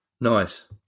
Nice